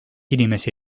inimesi